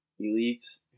elites